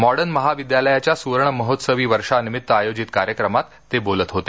modern महाविद्यालयाच्या सुवर्णमहोत्सवी वर्षानिमित्त आयोजित कार्यक्रमात ते बोलत होते